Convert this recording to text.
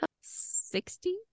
Sixty